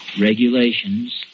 regulations